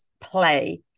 play